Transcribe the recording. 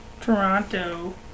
Toronto